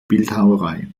bildhauerei